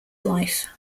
life